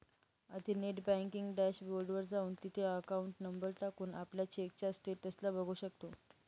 आधी net banking dashboard वर जाऊन, तिथे अकाउंट नंबर टाकून, आपल्या चेकच्या स्टेटस ला बघू शकतो